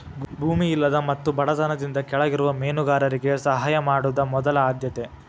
ಭೂಮಿ ಇಲ್ಲದ ಮತ್ತು ಬಡತನದಿಂದ ಕೆಳಗಿರುವ ಮೇನುಗಾರರಿಗೆ ಸಹಾಯ ಮಾಡುದ ಮೊದಲ ಆದ್ಯತೆ